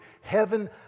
heaven